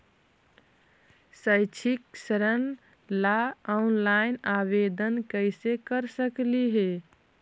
शैक्षिक ऋण ला ऑनलाइन आवेदन कैसे कर सकली हे?